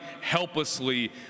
helplessly